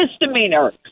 misdemeanor